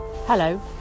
Hello